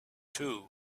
two